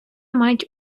мають